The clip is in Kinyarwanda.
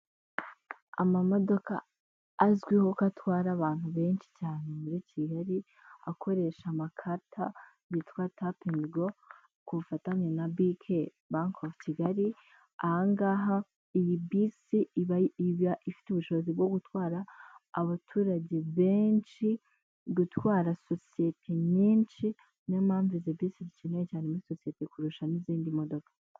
Amamodoka azwiho ko atwara abantu benshi cyane muri Kigali, akoresha amakarita bitwa tapu andi go ku bufatanye na bike banka ovu Kigali. Aha ngaha iyi bisi iba ifite ubushobozi bwo gutwara abaturage benshi, gutwara sosiyete nyinshi. Ni yo mpamvu izi bisi zikenewe cyane muri sosiyete kurusha n'izindi modoka.